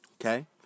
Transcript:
Okay